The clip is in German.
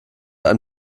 ein